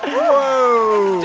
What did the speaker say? whoa